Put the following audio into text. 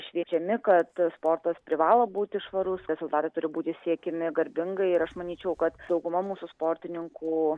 šviečiami kad sportas privalo būti švarus rezultatai turi būti siekiami garbingai ir aš manyčiau kad dauguma mūsų sportininkų